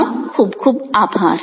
આપનો ખૂબ ખૂબ આભાર